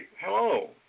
hello